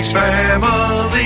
family